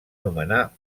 nomenar